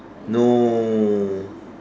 no